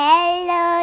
Hello